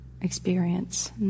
experience